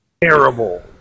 terrible